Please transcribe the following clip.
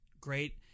great